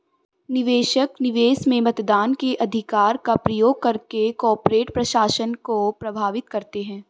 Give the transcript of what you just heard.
निवेशक, निवेश में मतदान के अधिकार का प्रयोग करके कॉर्पोरेट प्रशासन को प्रभावित करते है